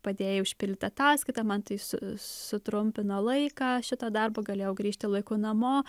padėjai užpildytą ataskaitą man tai su sutrumpino laiką šito darbo galėjau grįžti laiku namo